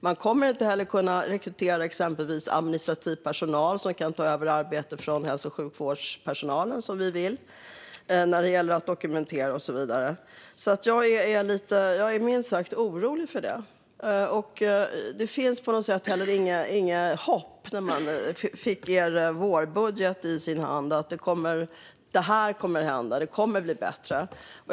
Man kommer inte heller att kunna rekrytera exempelvis administrativ personal som kan ta över arbetet från hälso och sjukvårdspersonalen, som vi vill, när det gäller att dokumentera och så vidare. Jag är minst sagt orolig över detta. Det blev heller inget hopp om att det kommer att bli bättre när man fick er vårbudget i sin hand.